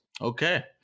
Okay